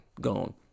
gone